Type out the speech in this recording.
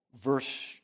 verse